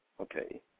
Okay